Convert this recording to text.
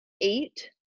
eight